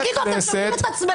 תגידו, אתם שומעים את עצמכם?